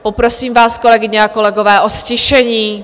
Poprosím vás, kolegyně a kolegové, o ztišení.